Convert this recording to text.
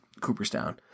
Cooperstown